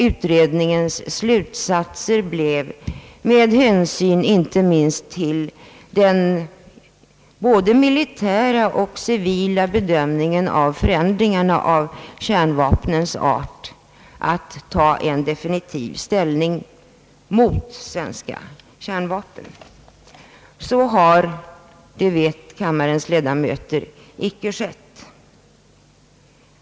Utredningens slutsats blev med hänsyn till såväl den militära som den civila bedömningen av förändringen av kärnvapnens art att man tog en definitiv ställning mot svenska kärnvapen. Så har, det vet kammarens ledamöter, här icke skett.